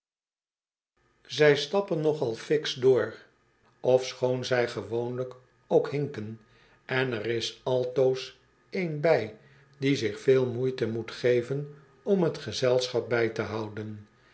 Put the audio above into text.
zij stappen nogal fiks door ofschoon zij gewoonlijk ook hinken en er is altoos een by die zich veel moeite moet geven om t gezelschap by te houden